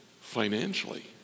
financially